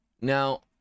Now